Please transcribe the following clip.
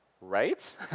right